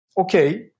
okay